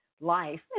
life